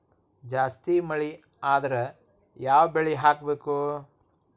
ಜಾಸ್ತಿ ಮಳಿ ಆದ್ರ ಯಾವ ಬೆಳಿ ಹಾಕಬೇಕು?